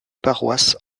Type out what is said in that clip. paroisses